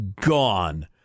gone